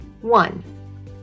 One